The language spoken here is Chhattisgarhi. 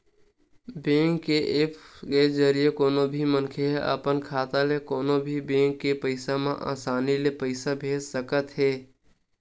बेंक के ऐप्स के जरिए कोनो भी मनखे ह अपन खाता ले कोनो भी बेंक के खाता म असानी ले पइसा भेज सकत हे